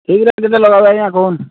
ଠିକ୍ରେ ରେଟ୍ ଲାଗାନ୍ତୁ ଆଜ୍ଞା କୁହନ୍ତୁ